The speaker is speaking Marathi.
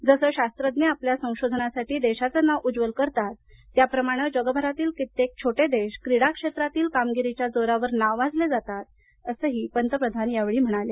जसं शास्त्रज्ञ आपल्या संशोधनातून देशाचं नाव उज्ज्वल करतात त्याप्रमाणेच जगभरातली कित्येक छोटे देश क्रीडा क्षेत्रातील कामगिरीच्या जोरावर नावाजले जातात असंही पंतप्रधान यावेळी म्हणाले